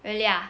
really ah